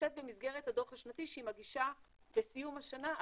נעשית במסגרת הדוח השנתי שהיא מגישה בסיום השנה.